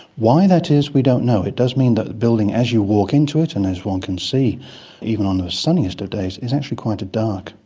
why that is we don't know. it does mean that the building as you walk into it and as one can see even on the sunniest of days is actually quite a dark,